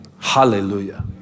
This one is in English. Hallelujah